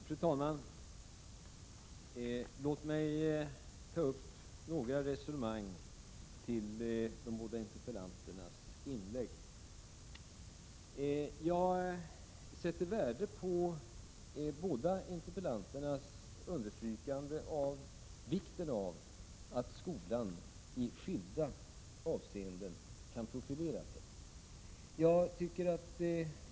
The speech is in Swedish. Fru talman! Låt mig ta upp några resonemang som anknyter till de båda interpellanternas inlägg. Jag sätter värde på båda interpellanternas understrykande av vikten av att skolan i skilda avseenden kan profilera sig.